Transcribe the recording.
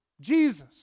Jesus